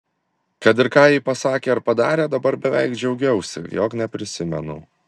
kad ir ką ji pasakė ar padarė dabar beveik džiaugiausi jog neprisimenu